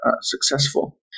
successful